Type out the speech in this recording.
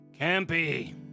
Campy